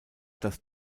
das